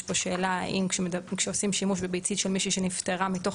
פה שאלה האם כשעושים שימוש בביצית של מישהי שנפטרה מתוך